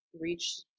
reach